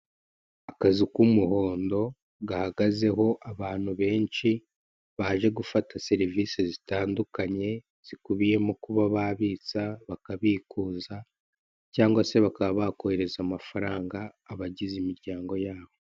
Akazu k'umuhondo gahagazeho abantu benshi baje gufata serivise zitandukanye zikubiyemo kuba babitsa, bakabikuza cyangwa se bakaba bakoherereza amafaranga abagize imiryango yabo.